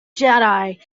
jedi